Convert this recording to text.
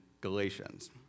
Galatians